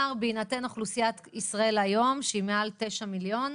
בהינתן אוכלוסיית ישראל היום שהיא מעל 9,000,000,